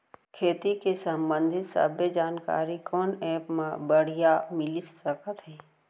खेती के संबंधित सब्बे जानकारी कोन एप मा बढ़िया मिलिस सकत हे?